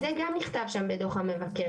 אז זה גם נכתב שם בדו"ח המבקר,